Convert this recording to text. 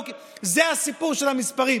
זה הסיפור של המספרים.